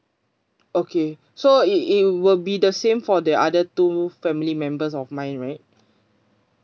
okay so it it will be the same for the other two family members of mine right